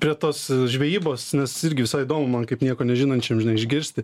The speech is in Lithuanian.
prie tos žvejybos nes irgi visai įdomu man kaip nieko nežinančiam žinai išgirsti